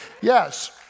Yes